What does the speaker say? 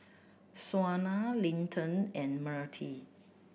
Shauna Linton and Myrtie